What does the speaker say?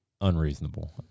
unreasonable